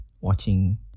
watching